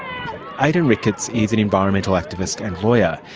aidan ricketts is an environmental activist and lawyer.